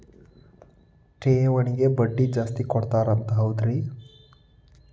ಠೇವಣಿಗ ಬಡ್ಡಿ ಜಾಸ್ತಿ ಕೊಡ್ತಾರಂತ ಹೌದ್ರಿ?